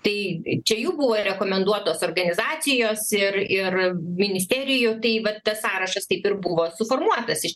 tai čia jų buvo rekomenduotos organizacijos ir ir ministerijų tai va tas sąrašas taip ir buvo suformuotas iš